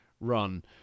run